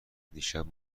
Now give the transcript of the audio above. دیشب